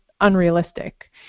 unrealistic